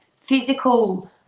physical